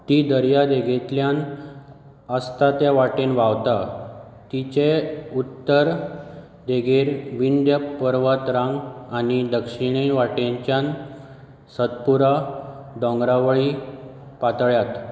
ती दर्यादेगेंतल्यान अस्ता तेवटेन व्हांवता तिचे उत्तर देगेर विंध्य पर्वतरांग आनी दक्षिणे वाटेनच्यान सतपुरा दोंगरावळी पातळ्ळ्यात